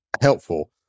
helpful